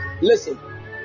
Listen